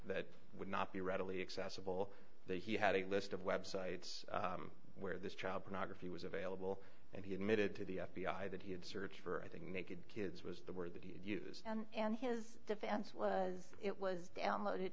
that would not be readily accessible that he had a list of websites where this child pornography was available and he admitted to the f b i that he had searched for i think naked kids was the word that he used and and his defense was it was download